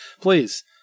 Please